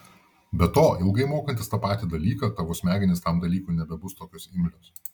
be to ilgai mokantis tą patį dalyką tavo smegenys tam dalykui nebebus tokios imlios